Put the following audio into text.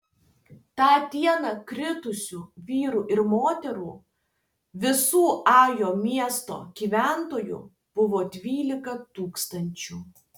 tą dieną kritusių vyrų ir moterų visų ajo miesto gyventojų buvo dvylika tūkstančių